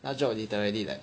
那个 job literally like